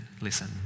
listen